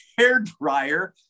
hairdryer